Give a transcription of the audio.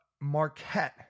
Marquette